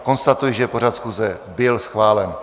Konstatuji, že pořad schůze byl schválen.